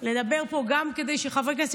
לדבר פה גם כדי שחברי הכנסת,